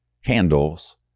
handles